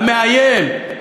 המאיים,